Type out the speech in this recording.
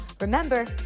Remember